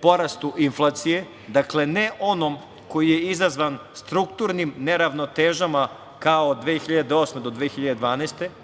porastu inflacije, dakle, ne onom koji je izazvan strukturnim neravnotežama kao 2008. do 2012. godine,